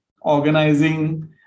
organizing